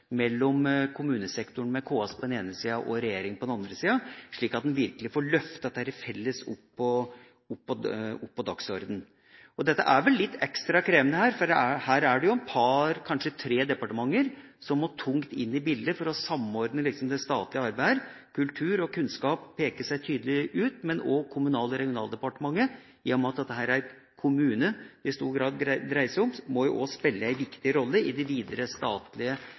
mellom KS på den ene sida og regjeringa på den andre, slik at en felles får løftet dette opp på dagsordenen. Det er litt ekstra krevende, for her er det kanskje tre departementer som tungt må inn i bildet for å samordne det statlige arbeidet. Kulturdepartementet og Kunnskapsdepartementet peker seg tydelig ut. Men i og med at dette i stor grad dreier seg om kommunene, må også Kommunal- og regionaldepartementet spille en viktig rolle i det videre statlige